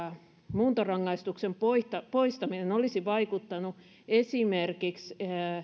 muuntorangaistuksen poistaminen olisi vaikuttanut esimerkiksi